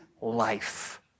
life